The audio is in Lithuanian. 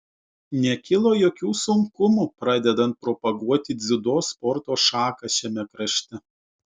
nekilo jokių sunkumų pradedant propaguoti dziudo sporto šaką šiame krašte